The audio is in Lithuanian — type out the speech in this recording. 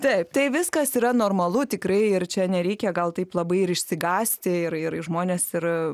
taip tai viskas yra normalu tikrai ir čia nereikia gal taip labai ir išsigąsti ir ir žmonės ir